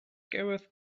gareth